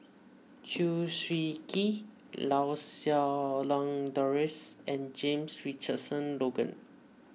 Chew Swee Kee Lau Siew Lang Doris and James Richardson Logan